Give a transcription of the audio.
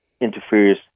interferes